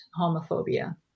homophobia